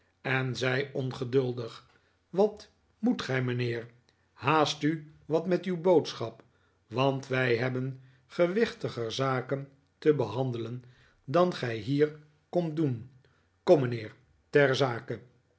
en zei ongeduldig wat moet gij mijnheer haast u wat met uw boodschap want wij hebben gewichtiger zaken te behandelen dan gij hier komt doen